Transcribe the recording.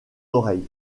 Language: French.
oreille